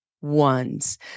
ones